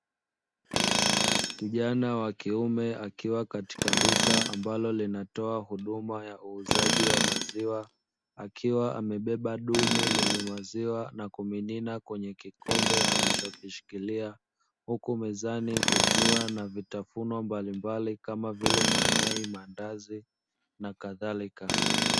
Kijana wa kiume akiwa katika duka ambalo linatoa huduma ya uuzaji wa maziwa, akiwa amebeba dumu lenye maziwa na kumimina kwenye kikombe alichokishikilia, huku mezani kukiwa na vitafunwa mbalimbali kama vile mayai, maandazi na kadhalika.